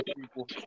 people